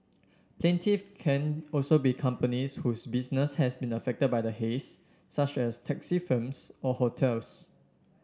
plaintiff can also be companies whose business has been affected by the haze such as taxi firms or hotels